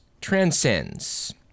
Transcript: transcends